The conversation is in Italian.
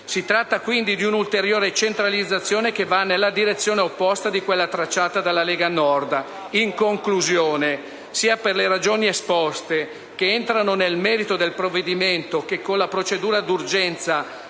Si tratta quindi di un'ulteriore centralizzazione, che va nella direzione opposta a quella tracciata dalla Lega Nord. In conclusione, sia per le ragioni esposte, che entrano nel merito del provvedimento, che con la procedura d'urgenza